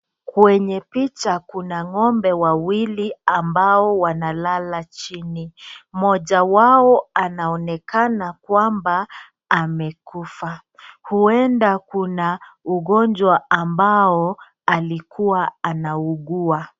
Kwenye picha kuna ng'ombe wawili ambao wanalala chini. Mmoja wao anaonekana kwamba amekufa. Huenda kuna ugonjwa ambao alikua anaugua.